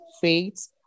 faith